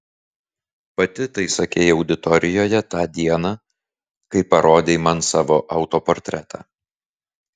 pati tai sakei auditorijoje tą dieną kai parodei man savo autoportretą